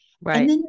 Right